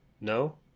No